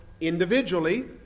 Individually